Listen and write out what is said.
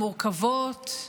המורכבות,